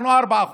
אצלנו 4%